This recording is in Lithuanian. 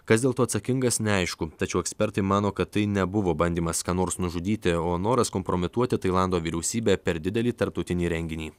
kas dėl to atsakingas neaišku tačiau ekspertai mano kad tai nebuvo bandymas ką nors nužudyti o noras kompromituoti tailando vyriausybę per didelį tarptautinį renginį